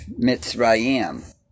Mitzrayim